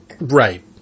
Right